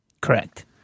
Correct